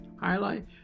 highlight